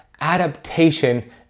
Adaptation